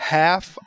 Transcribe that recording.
half